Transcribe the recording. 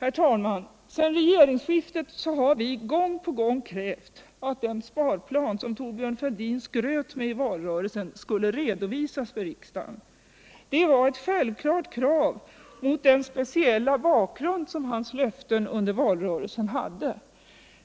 Herr talman! Sedan regeringsskiftet har vi gång på gång krävt att den sparplan som Thorbjörn Fälldin skröt med i valrörelsen skulle redovisas för riksdagen. Det är ett självklart krav mot den speciella bakgrund hans löften under valrörelsen hade.